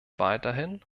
weiterhin